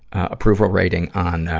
approval rating on, ah,